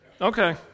Okay